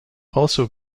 also